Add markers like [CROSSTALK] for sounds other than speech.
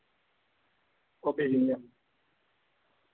[UNINTELLIGIBLE]